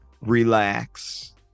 relax